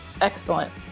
Excellent